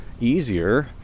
easier